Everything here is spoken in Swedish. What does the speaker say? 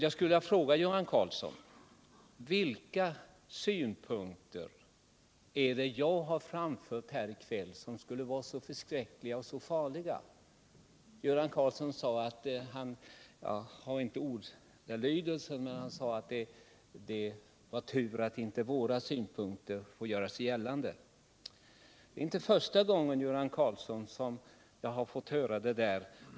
Jag skulle vilja fråga Göran Karlsson: Vilka synpunkter är det jag har framfört här i kväll som skulle vara så förskräckliga och farliga? Göran Karlsson sade — även om jag inte minns ordalydelsen — att det var tur att våra synpunkter inte får göra sig gällande. Det är inte första gången som jag fått höra detta.